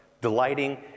Delighting